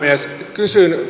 kysyn